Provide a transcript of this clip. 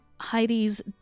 Heidi's